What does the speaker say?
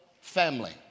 family